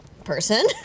person